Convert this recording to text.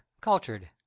cultured